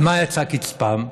על מה יצא קצפם?